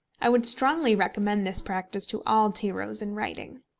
i would strongly recommend this practice to all tyros in writing.